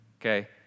Okay